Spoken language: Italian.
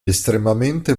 estremamente